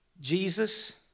Jesus